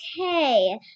Okay